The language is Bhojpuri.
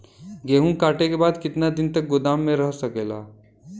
गेहूँ कांटे के बाद कितना दिन तक गोदाम में रह सकेला?